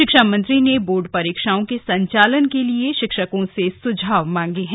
शिक्षा मंत्री ने बोर्ड परीक्षाओं के संचालन के लिए शिक्षकों से सुझाव मांगे हैं